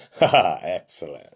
Excellent